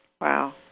Wow